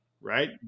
right